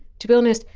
to be honest,